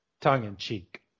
tongue-in-cheek